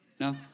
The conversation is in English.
no